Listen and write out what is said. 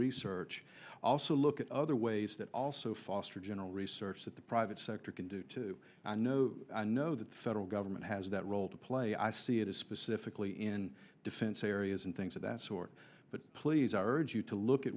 research also look at other ways that also foster general research that the private sector i know no that the federal government has that role to play i see it as specifically in defense areas and things of that sort but please i urge you to look at